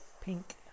Pink